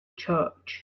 church